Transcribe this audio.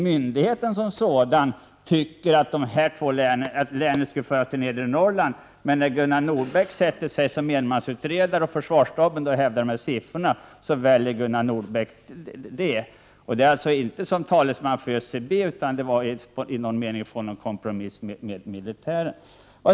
Myndigheten som sådan hade ju en annan uppfattning och ansåg att länet skulle föras till Nedre Norrlands militärområde. Men när Gunnar Nordbeck satt som enmansutredare och försvarsstaben hävdade att de där siffrorna var riktiga, valde Gunnar I Nordbeck att ansluta sig. Han uttalade sig alltså inte som talesman för ÖCB utan sökte något slags kompromiss med militären.